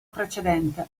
precedente